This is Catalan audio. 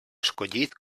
escollit